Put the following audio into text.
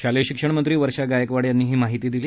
शालेय शिक्षणमंत्री वर्षा गायकवाड यांनी ही माहिती दिली